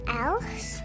else